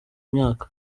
myaka